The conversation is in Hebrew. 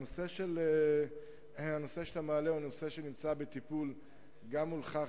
הנושא שאתה מעלה הוא נושא שנמצא בטיפול גם מולך,